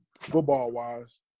football-wise